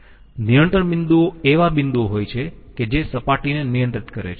નિયંત્રણ બિંદુઓ એવા બિંદુઓ હોય છે કે જે સપાટીને નિયંત્રિત કરે છે